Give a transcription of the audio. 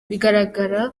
bigaragara